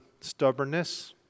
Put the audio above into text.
Stubbornness